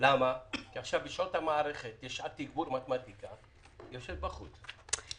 כי בשעות המערכת יש שעת תגבור מתמטיקה והיא יושבת בחוץ.